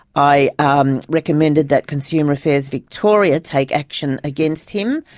i um recommended that consumer affairs victoria take action against him,